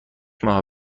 ماه